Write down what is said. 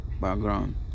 background